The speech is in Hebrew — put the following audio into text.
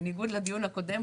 בניגוד לדיון הקודם,